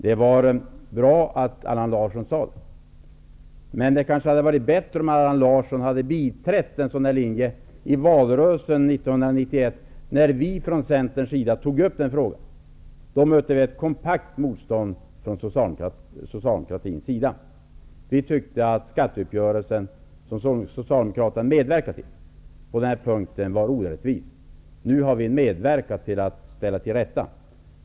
Det var bra att Allan Larsson sade detta. Men det kanske hade varit bättre om Allan Larsson hade biträtt en sådan linje i valrörelsen 1991, när vi i Centern tog upp den frågan. Då mötte vi ett kompakt motstånd från socialdemokratins sida. Vi tyckte att skatteuppgörelsen, som Socialdemokraterna hade medverkat till, var orättvis på den här punkten. Nu har vi medverkat till att ställa till rätta.